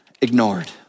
ignored